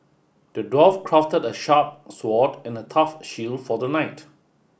the dwarf crafted a sharp sword and a tough shield for the knight